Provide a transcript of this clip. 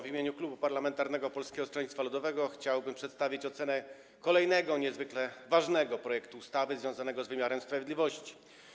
W imieniu Klubu Parlamentarnego Polskiego Stronnictwa Ludowego chciałbym przedstawić ocenę kolejnego niezwykle ważnego projektu ustawy związanego z wymiarem sprawiedliwości.